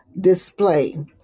display